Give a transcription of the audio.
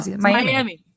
Miami